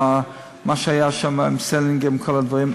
מה שהיה שם עם סלינגר ועם כל הדברים.